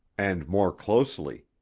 and more closely.